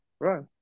Right